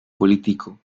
político